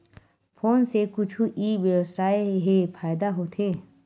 Phone से कुछु ई व्यवसाय हे फ़ायदा होथे?